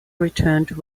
returned